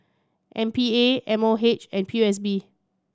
M P A M O H and P O S B